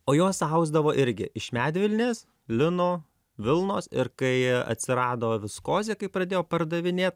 o jos ausdavo irgi iš medvilnės lino vilnos ir kai atsirado viskozė kai pradėjo pardavinėt